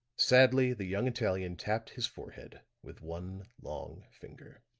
sadly the young italian tapped his forehead with one long finger.